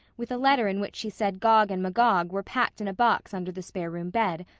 with a letter in which she said gog and magog were packed in a box under the spare-room bed,